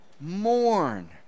Mourn